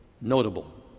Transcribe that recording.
Notable